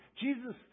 Jesus